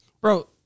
Bro